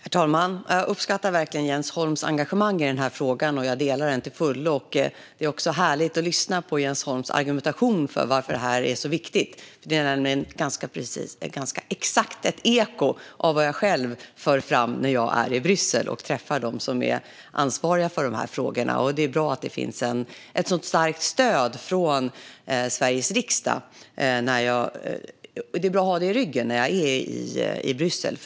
Herr talman! Jag uppskattar verkligen Jens Holms engagemang i frågan, och jag delar det till fullo. Det är härligt att lyssna på Jens Holms argumentation om varför detta är så viktigt. Den är nämligen exakt ett eko av vad jag själv för fram när jag är i Bryssel och träffar dem som är ansvariga för frågorna. Det är bra att det finns ett så starkt stöd från Sveriges riksdag och att ha det i ryggen när jag är i Bryssel.